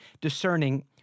discerning